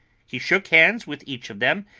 he shook hands with each of them,